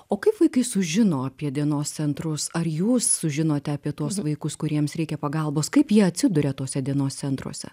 o kaip vaikai sužino apie dienos centrus ar jūs sužinote apie tuos vaikus kuriems reikia pagalbos kaip jie atsiduria tuose dienos centruose